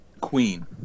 Queen